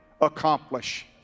accomplish